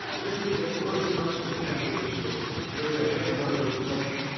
zeigler kept large amounts of cash at the store and carried a handgun for protection.